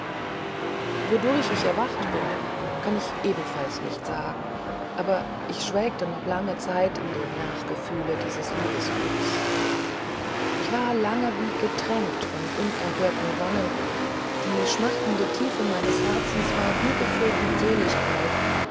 wodurch ich erwacht bin kann ich ebenfalls nicht sagen aber ich schwelgte noch lange zeit in dem nachgewühle dieses liebesglücks ich war lange wie getränkt von unerhörten wonnen die schmachtende tiefe meines herzens war wie gefüllt mit seligkeit